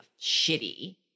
shitty